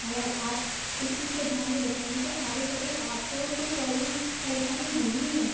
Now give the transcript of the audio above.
अगर आप इस चीज का ध्यान भी रखेंगे तो आगे चल के आपको तो प्रॉब्लम परेशानी होनी ही है